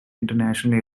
international